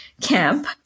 camp